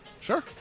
Sure